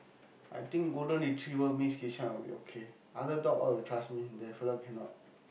I think golden retriever means Kishan will be okay other dog all you trust me that fella cannot